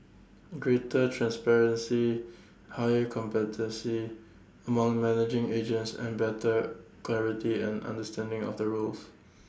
greater transparency higher competency among managing agents and better clarity and understanding of the rules